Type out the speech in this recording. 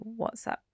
WhatsApp